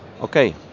okay